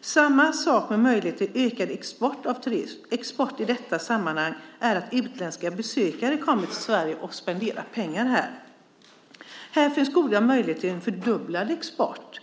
Samma möjligheter gäller export av turism. Export i detta sammanhang är att utländska besökare kommer till Sverige och spenderar pengar här. Här finns goda möjligheter till en fördubblad export.